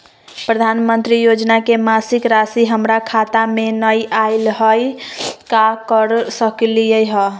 प्रधानमंत्री योजना के मासिक रासि हमरा खाता में नई आइलई हई, का कर सकली हई?